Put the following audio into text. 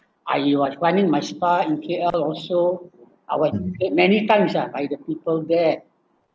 I was running my spa in K_L also I was many times ah I the people there